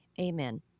amen